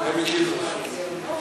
מעמק-יזרעאל.